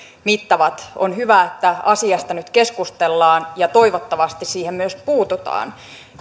mittavat on hyvä että asiasta nyt keskustellaan ja toivottavasti siihen myös puututaan